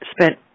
spent